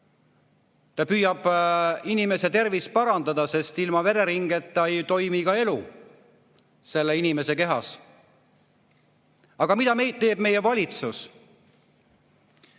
Ta püüab inimese tervist parandada, sest ilma vereringeta ei toimi ka elu selle inimese kehas. Aga mida teeb meie valitsus,